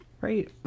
Right